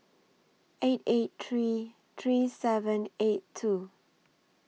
eight eight three three seven eight two